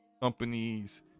Companies